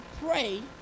pray